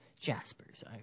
Jasper's